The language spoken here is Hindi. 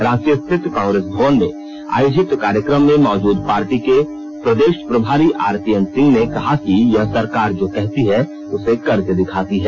रांची स्थित कांग्रेस भवन में आयोजित कार्यक्रम में मौजुद पार्टी के प्रदेश प्रभारी आरपीएन सिंह ने कहा कि यह सरकार जो कहती है उसे करके दिखाती है